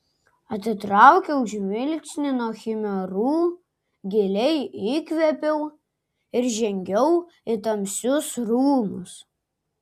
atitraukiau žvilgsnį nuo chimerų giliai įkvėpiau ir žengiau į tamsius rūmus